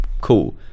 cool